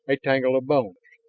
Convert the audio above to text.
a tangle of bones,